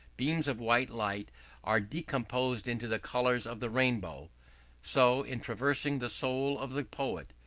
beams of white light are decomposed into the colours of the rainbow so, in traversing the soul of the poet,